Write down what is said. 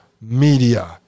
media